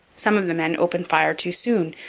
some of the men opened fire too soon,